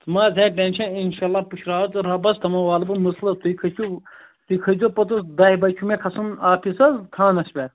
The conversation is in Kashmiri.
ژٕ ما حظ ہے ٹٮ۪نٛشن اِنشاللہ پُشراو ژٕ رۄبس تِمن والہٕ بہٕ مسلہٕ تُہۍ کھٔسِو تُہۍ کھٔسۍزیٚو پوٚتُس دَہہِ بجہِ چھُ مےٚ کھسُن آفِس حظ تھانس پٮ۪ٹھ